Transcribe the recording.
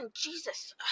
jesus